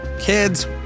Kids